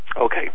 okay